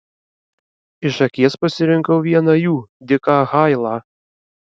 iš akies pasirinkau vieną jų diką hailą